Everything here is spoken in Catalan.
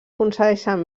concedeixen